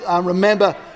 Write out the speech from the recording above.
remember